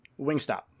Wingstop